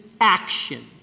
action